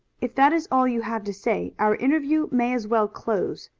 if that is all you have to say, our interview may as well close.